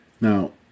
Now